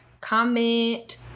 comment